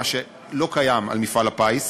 מה שלא קיים על מפעל הפיס.